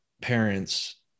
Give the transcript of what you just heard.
parents